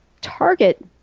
target